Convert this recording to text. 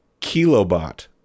Kilobot